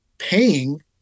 Paying